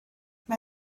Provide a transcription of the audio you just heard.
mae